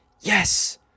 Yes